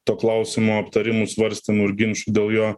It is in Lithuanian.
to klausimo aptarimų svarstymų ir ginčų dėl jo